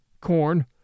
corn